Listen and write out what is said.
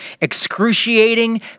excruciating